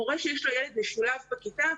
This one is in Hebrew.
מורה שיש לו ילד משולב בכיתה,